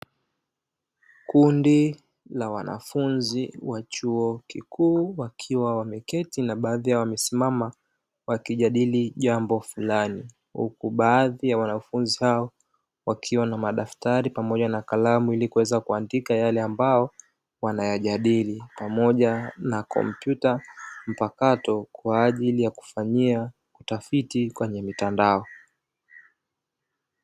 Kundi la wanafunzi wa chuo kikuu, wakiwa wameketi na baadhi yao wamesimama, wakijadili jambo fulani. Huku baadhi ya wanafunzi hao wakiwa na madaftari pamoja na kalamu ili kuweza kuandika yale ambayo wanayajadili, pamoja na kompyuta mpakato kwa ajili ya kufanyia tafiti kwenye mtandao.